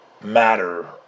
matter